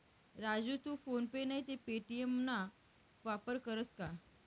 राजू तू PhonePe नैते Paytm ना वापर करस का?